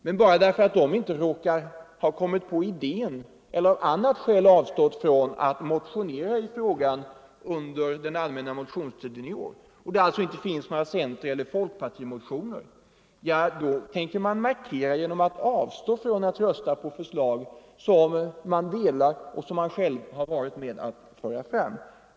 Men bara därför att de inte råkar ha kommit på idén eller därför att de av annat skäl avstått från att motionera i frågan under den allmänna motionstiden i år och det alltså inte finns några centereller folkpartimotioner, tänker markera sin position genom att avstå från att rösta på förslag som de gillar och tidigare varit med om att föra fram.